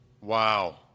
Wow